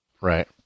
Right